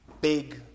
Big